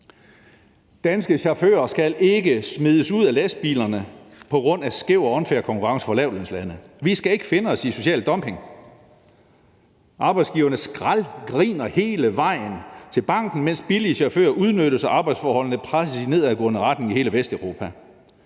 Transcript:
Danske chauffører skal ikke smides ud af lastbilerne på grund af skæv og unfair konkurrence fra lavtlønslande. Vi skal ikke finde os i social dumping. Arbejdsgiverne skraldgriner hele vejen til banken, mens billige chauffører udnyttes og arbejdsforholdene presses i nedadgående retning i hele Vesteuropa.